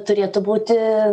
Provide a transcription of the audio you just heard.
turėtų būti